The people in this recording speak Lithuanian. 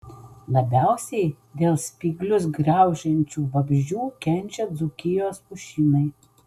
labiausiai dėl spyglius graužiančių vabzdžių kenčia dzūkijos pušynai